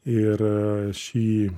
ir šį